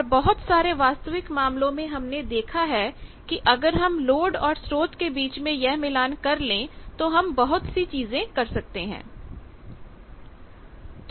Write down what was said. और बहुत सारे वास्तविक मामलों में हमने देखा है कि अगर हम लोड और स्रोत के बीच में यह मिलान कर ले तो हम बहुत सी चीजें कर सकते हैं